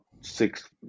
six